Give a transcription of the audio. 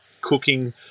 cooking